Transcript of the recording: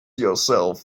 yourself